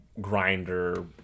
Grinder